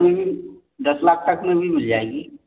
T V दस लाख तक में भी मिल जाएगी